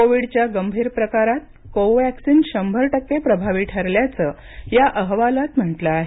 कोविडच्या गंभीर प्रकारात कोवॅक्सिन शंभर टक्के प्रभावी ठरल्याचं या अहवालात म्हटलं आहे